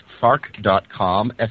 FARC.com